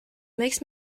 makes